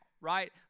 Right